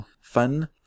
fun